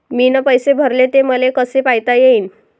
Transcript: मीन पैसे भरले, ते मले कसे पायता येईन?